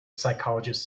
psychologist